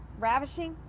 ravishing?